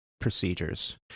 procedures